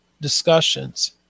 discussions